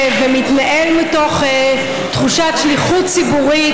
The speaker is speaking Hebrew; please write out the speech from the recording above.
ומתנהל מתוך תחושת שליחות ציבורית,